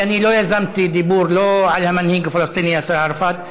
כי אני לא יזמתי דיבור על המנהיג הפלסטיני יאסר ערפאת,